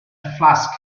flask